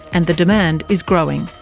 and the demand is growing.